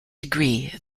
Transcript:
degree